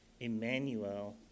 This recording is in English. Emmanuel